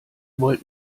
wollt